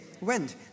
went